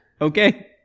Okay